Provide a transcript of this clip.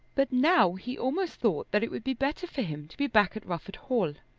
but now he almost thought that it would be better for him to be back at rufford hall,